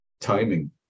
timing